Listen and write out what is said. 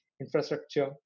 infrastructure